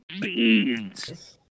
beans